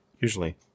usually